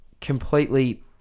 completely